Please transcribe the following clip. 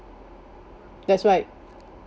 that's right